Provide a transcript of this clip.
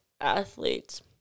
athletes